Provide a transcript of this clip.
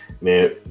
man